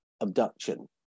abduction